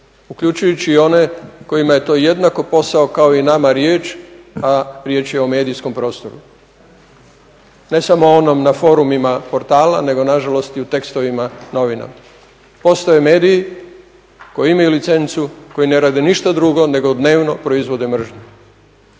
uključujući i one kojima je to jednako posao kao i nama riječ, a riječ je o medijskom prostoru. ne samo na onom na forumima portala nego nažalost nego i u tekstovima novina. Postoje mediji koji imaju licencu koji ne rade ništa drugo nego dnevno proizvode mržnju